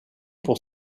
pour